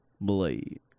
Blade